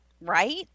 right